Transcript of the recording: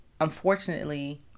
Unfortunately